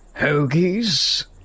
hoagies